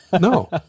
No